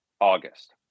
August